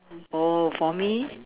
oh for me